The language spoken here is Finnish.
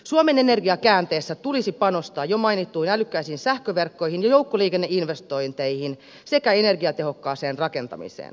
suomen energiakäänteessä tulisi panostaa jo mainittuihin älykkäisiin sähköverkkoihin ja joukkoliikenneinvestointeihin sekä energiatehokkaaseen rakentamiseen